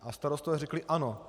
A starostové řekli ano.